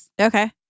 Okay